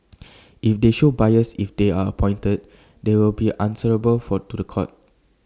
if they show bias if they are appointed they will be answerable for to The Court